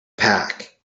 pack